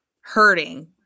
hurting